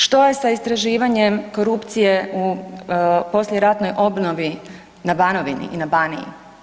Što je sa istraživanjem korupcije u poslijeratnoj obnovi na Banovini i na Baniji?